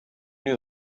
knew